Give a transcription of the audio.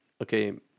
okay